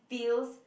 feels